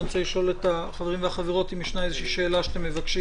אני רוצה לשאול את החברים והחברות אם יש איזו שאלה שאתם מבקשים